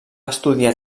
estudiar